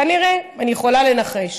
כנראה, אני יכולה לנחש.